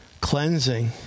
cleansing